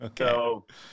Okay